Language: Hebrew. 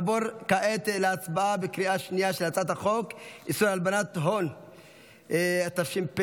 נעבור כעת להצבעה בקריאה השנייה של חוק איסור הלבנת הון (תיקון מס' 33),